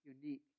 unique